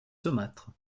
saumâtre